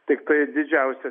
tiktai didžiausią